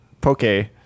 poke